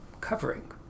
covering